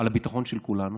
לביטחון של כולנו.